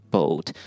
Boat